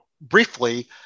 briefly